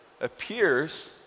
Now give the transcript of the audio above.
appears